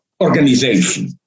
organization